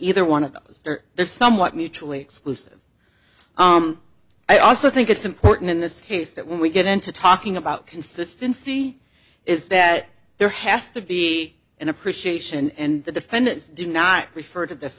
either one of those they're somewhat mutually exclusive i also think it's important in this case that when we get into talking about consistency is that there has to be an appreciation and the defendants do not refer to this